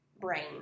brain